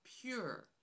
pure